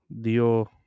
dios